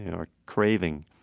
our craving.